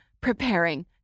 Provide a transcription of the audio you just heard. preparing